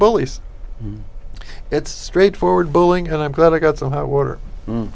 bullies it's straightforward bulling and i'm glad i got so hot water